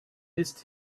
missed